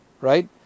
right